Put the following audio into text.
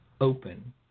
open